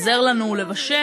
עוזר לנו לבשל,